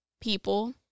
people